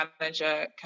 manager